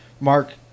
mark